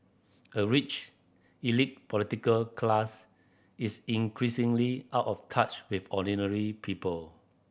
a rich elite political class is increasingly out of touch with ordinary people